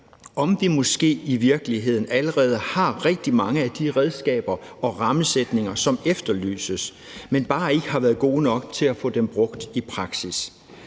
om vi måske i virkeligheden allerede har rigtig mange af de redskaber og rammesætninger, som efterlyses, men bare ikke har været gode nok til at få dem brugt i praksis.